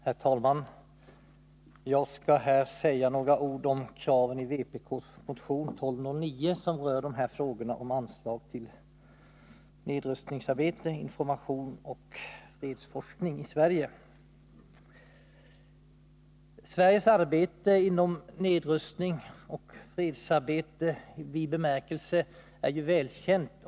Herr talman! Jag skall här säga några ord om kraven i vpk:s motion 1209, som rör frågorna om anslag till nedrustningsarbete, information och fredsforskning i Sverige. Sveriges insatser inom nedrustningsoch fredsarbete i vid bemärkelse är välkända.